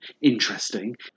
interesting